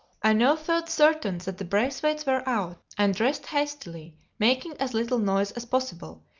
i now felt certain that the braithwaites were out, and dressed hastily, making as little noise as possible,